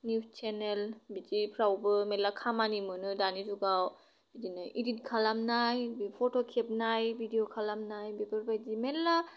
news channel बिदिफ्रावबो मेल्ला खामानि मोनो दानि जुगाव बिदिनो एदित खालामनाय बे फट' खेबनाय भिडिअ खालामनाय बेफोरबायदि मेल्ला